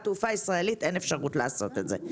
תעופה ישראלית אין אפשרות לעשות את זה.